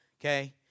okay